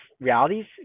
realities